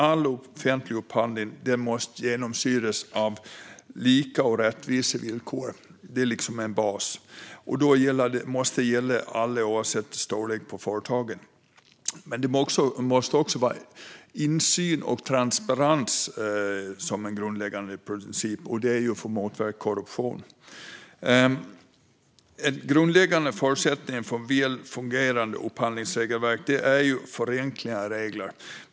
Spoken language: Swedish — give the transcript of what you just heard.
All offentlig upphandling måste genomsyras av lika och rättvisa villkor. Det är en bas. Det måste gälla alla företag oavsett storlek. Men det måste också vara insyn och transparens som en grundläggande princip för att motverka korruption. En grundläggande förutsättning för ett väl fungerande upphandlingsregelverk är förenklingar av regler.